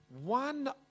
one